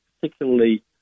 particularly